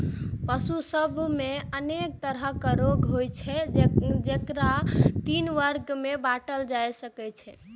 पशु सभ मे अनेक तरहक रोग होइ छै, जेकरा तीन वर्ग मे बांटल जा सकै छै